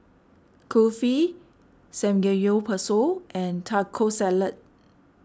Kulfi Samgeyopsal and Taco Salad